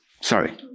Sorry